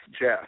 Jeff